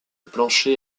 plancher